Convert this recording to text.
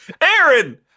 Aaron